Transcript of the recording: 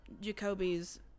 Jacoby's